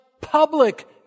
public